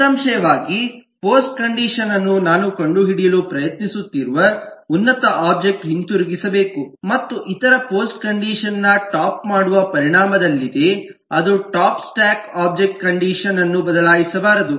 ನಿಸ್ಸಂಶಯವಾಗಿ post condition ಅನ್ನು ನಾನು ಕಂಡುಹಿಡಿಯಲು ಪ್ರಯತ್ನಿಸುತ್ತಿರುವ ಉನ್ನತ ಒಬ್ಜೆಕ್ಟ್ ಹಿಂದಿರುಗಿಸಬೇಕು ಮತ್ತು ಇತರ ಪೋಸ್ಟ್ ಕಂಡಿಷನ್ ನ ಟಾಪ್ ಮಾಡುವ ಪರಿಣಾಮದಲ್ಲಿದೆ ಅದು ಟಾಪ್ ಸ್ಟಾಕ್ ಒಬ್ಜೆಕ್ಟ್ ನ ಕಂಡಿಷನ್ ಅನ್ನು ಬದಲಾಯಿಸಬಾರದು